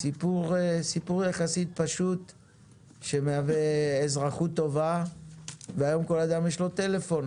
סיפור יחסית פשוט שמהווה אזרחות טובה והיום לכל אדם יש טלפון,